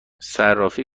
صرافی